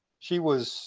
she was